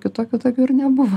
kitokių tokių ir nebuvo